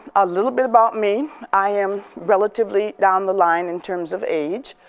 a little bit about me i am relatively down the line in terms of age.